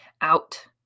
out